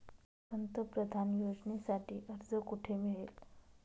पंतप्रधान योजनेसाठी अर्ज कुठे मिळेल?